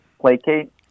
placate